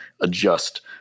adjust